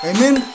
Amen